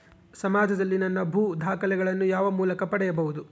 ಸಮಾಜದಲ್ಲಿ ನನ್ನ ಭೂ ದಾಖಲೆಗಳನ್ನು ಯಾವ ಮೂಲಕ ಪಡೆಯಬೇಕು?